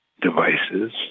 devices